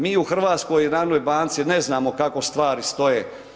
Mi u HNB-u ne znamo kako stvari stoje.